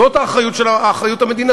זאת האחריות המדינתית.